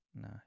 No